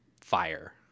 fire